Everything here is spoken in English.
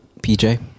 PJ